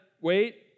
Wait